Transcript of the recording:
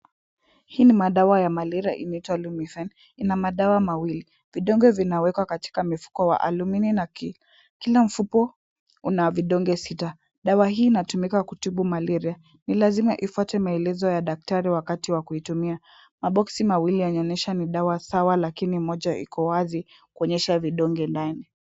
Hii ni madawa ya malaria inaitwa lumisan, ina madawa mawili, vidonge vinawekwa katika mifuko wa alumini na kila mfuko una vidonge sita, dawa hii inatumika kutibu malaria, ni lazima ufuate maelezo ya daktari wakati wa kuitumia, maboxi mawili yanaonyesha ni dawa sawa lakini moja iko wazi kuonyesha vidonge ndani.